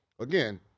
again